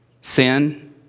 sin